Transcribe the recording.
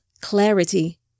clarity